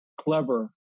clever